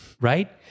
right